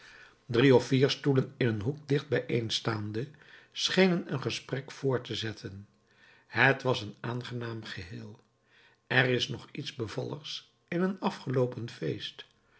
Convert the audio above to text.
drie of vier stoelen in een hoek dicht bijeenstaande schenen een gesprek voort te zetten het was een aangenaam geheel er is nog iets bevalligs in een afgeloopen feest